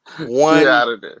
One